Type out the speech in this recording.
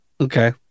Okay